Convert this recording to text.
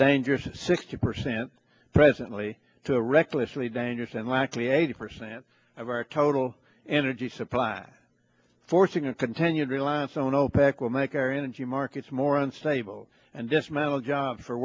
dangers of sixty percent presently to recklessly dangerous and likely eighty percent of our total energy supply forcing a continued reliance on opec will make our energy markets more unstable and dismantle job for